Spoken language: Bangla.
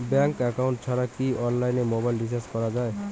ব্যাংক একাউন্ট ছাড়া কি অনলাইনে মোবাইল রিচার্জ করা যায়?